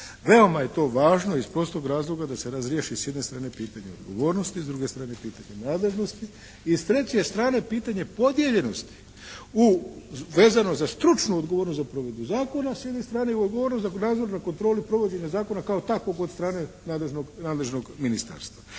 Veoma je to važno, iz prostog razloga da se razriješi s jedne strane pitanje odgovornosti, s druge strane pitanje nadležnosti. I s treće strane pitanje podijeljenosti vezano za stručnu odgovornost za provedbu zakona s jedne strane. I odgovornost za nadzor za kontrolu provođenja zakona kao takvog od strane nadležnog ministarstva.